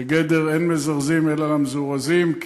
בגדר "אין מזרזין אלא למזורזין",